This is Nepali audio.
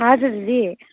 हजुर दिदी